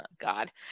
God